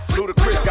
Ludacris